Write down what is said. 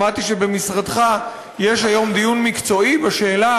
שמעתי שבמשרדך יש היום דיון מקצועי בשאלה